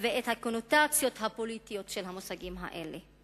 ואת הקונוטציות הפוליטיות של המושגים האלה.